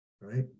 Right